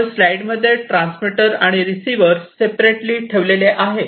वर स्लाईड मध्ये ट्रान्समीटर आणि रिसिवर सेपरेटली ठेवले आहे